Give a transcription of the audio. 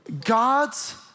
God's